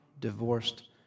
divorced